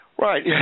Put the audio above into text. Right